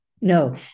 no